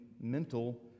mental